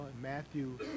Matthew